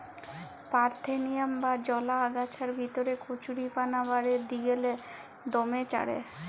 parthenium বা জলা আগাছার ভিতরে কচুরিপানা বাঢ়্যের দিগেল্লে দমে চাঁড়ের